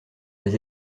des